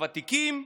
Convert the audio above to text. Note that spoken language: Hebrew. הוותיקים,